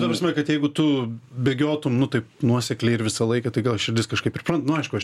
ta prasme kad jeigu tu bėgiotume nu taip nuosekliai ir visą laiką tai gal širdis kažkaip priprant nu aišku aš